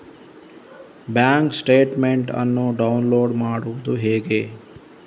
Bank statement ಅನ್ನು download ಮಾಡುವುದು ಹೇಗೆ?